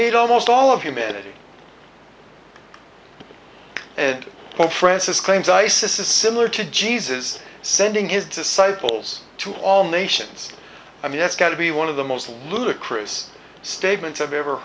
hate almost all of humanity and pope francis claims isis is similar to jesus sending his disciples to all nations i mean that's got to be one of the most ludicrous statements i've ever